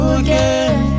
again